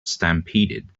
stampeded